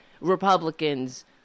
Republicans